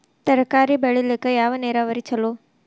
ತರಕಾರಿ ಬೆಳಿಲಿಕ್ಕ ಯಾವ ನೇರಾವರಿ ಛಲೋ?